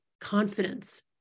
confidence